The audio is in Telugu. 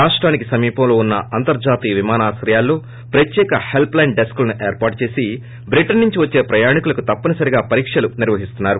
రాష్టానికి సమీపంలో ఉన్న అంతర్జాతీయ విమానాశ్రయాలలో ప్రత్యేక హెల్ప్ లైన్ డెస్కులను ఏర్పాటు చేసి బ్రిటన్ నుంచి వచ్చే ప్రయాణికులకు తప్పనిసరిగా పరీక్షలు నిర్వహిస్తున్నారు